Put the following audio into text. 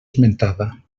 esmentada